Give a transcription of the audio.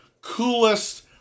coolest